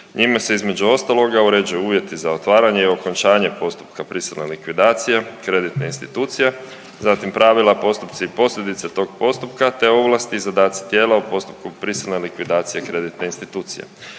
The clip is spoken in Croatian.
Njime se, između ostaloga, uređuju uvjeti za otvaranje i okončanje postupka prisilne likvidacije kreditne institucije, zatim pravila, postupci i posljedice tog postupka te ovlasti i zadaci tijela u postupku prisilne likvidacije kreditne institucije.